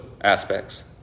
aspects